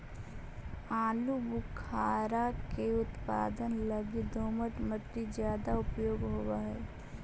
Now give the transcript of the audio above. आलूबुखारा के उत्पादन लगी दोमट मट्टी ज्यादा उपयोग होवऽ हई